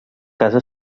casa